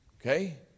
Okay